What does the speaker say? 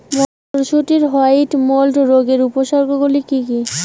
মটরশুটির white mould রোগের উপসর্গগুলি কী কী?